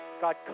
God